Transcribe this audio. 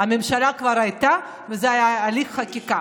הממשלה כבר הייתה וזה היה הליך חקיקה.